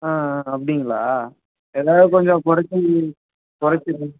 ஆ ஆ அப்படிங்களா ஏதாவது கொஞ்சம் குறைச்சி குறைச்சி பண்